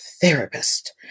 therapist